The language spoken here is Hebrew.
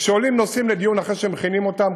וכשעולים נושאים לדיון אחרי שמכינים אותם,